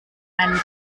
einen